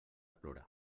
plorar